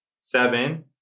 Seven